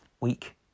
week